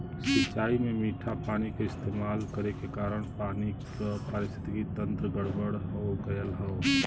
सिंचाई में मीठा पानी क इस्तेमाल करे के कारण पानी क पारिस्थितिकि तंत्र गड़बड़ हो गयल हौ